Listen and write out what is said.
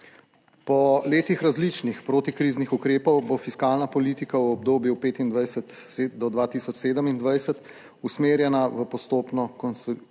Po letih različnih protikriznih ukrepov bo fiskalna politika v obdobju 2025 do 2027 usmerjena v postopno **41.